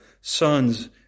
sons